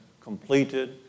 completed